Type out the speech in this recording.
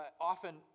often